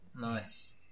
Nice